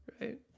right